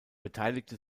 beteiligte